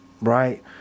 right